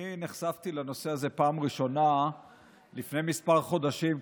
אני נחשפתי לנושא הזה בפעם ראשונה לפני כמה חודשים,